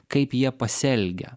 kaip jie pasielgia